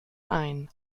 ein